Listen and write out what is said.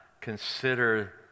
consider